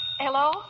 Hello